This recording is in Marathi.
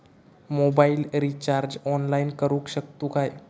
मोबाईल रिचार्ज ऑनलाइन करुक शकतू काय?